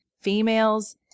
females